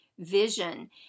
vision